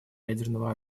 ядерного